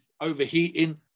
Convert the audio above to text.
overheating